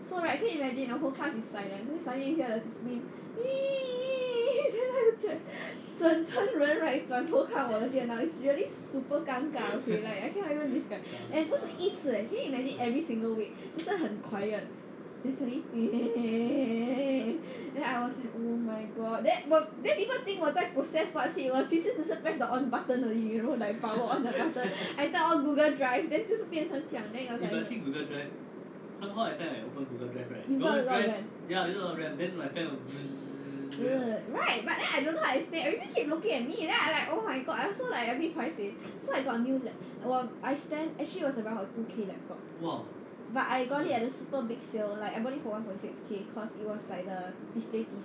so right can you imagine our whole class is silent then suddenly you hear the 整个人 right 转头看我电脑 leh is really super 尴尬 okay like I cannot even describe and 不是一次 eh can you imagine every single week 很 quiet then suddenly then I was like oh my god then no then people think 我在 process what shit 我其实只是 press the on button 而已然后 like power on the button I turn on google drive then 就是变成这样 is it like the ram right but then I don't know I stay everyone keep looking at me then I like oh my god I also like a bit paiseh so I got a new lap~ !wah! I spend actually was around a two K laptop but I got it at a super big sale like I bought it for like one point six K cause it was like the display piece